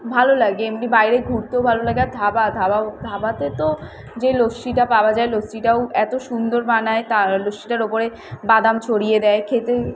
ভালো লাগে এমনি বাইরে ঘুরতেও ভালো লাগে আর ধাবা ধাবাও ধাবাতে তো যে লস্যিটা পাওয়া যায় লস্যিটাও এত সুন্দর বানায় তা লস্যিটার ওপরে বাদাম ছড়িয়ে দেয় খেতে